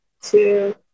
two